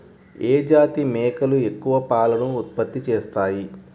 ఏ జాతి మేకలు ఎక్కువ పాలను ఉత్పత్తి చేస్తాయి?